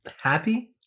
happy